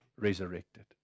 resurrected